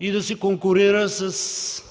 и да се конкурира с